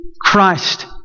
Christ